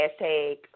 Hashtag